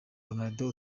ronaldo